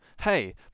Hey